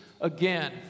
Again